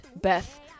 beth